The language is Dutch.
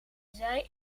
zij